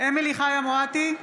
אמילי חיה מואטי,